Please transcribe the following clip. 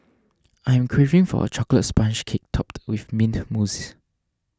I am craving for a Chocolate Sponge Cake Topped with Mint Mousse